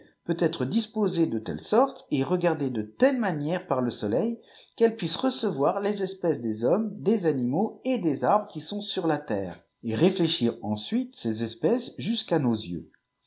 être disposée de telle sorte et regardée de telle mapière par le soleil qu'elle puisse recevoir les espèces des hommes des animaux et des arbres qui sont sur la terre et réfléchir ensuite ces espèces jusqu'à nos yeux